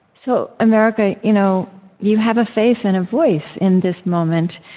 so america, you know you have a face and a voice in this moment.